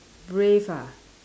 brave ah